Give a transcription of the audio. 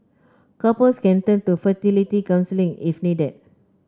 couples can turn to fertility counselling if needed